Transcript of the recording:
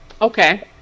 Okay